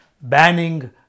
banning